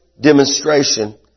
demonstration